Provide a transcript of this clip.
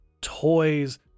toys